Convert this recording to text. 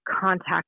contact